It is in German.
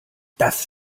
das